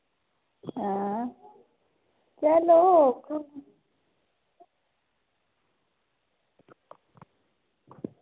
आं चलो